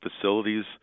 facilities